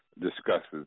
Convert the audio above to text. discusses